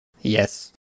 Yes